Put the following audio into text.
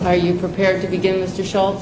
are you prepared to begin with yourself